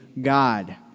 God